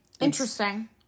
Interesting